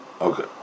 Okay